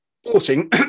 Sporting